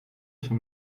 się